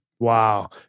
Wow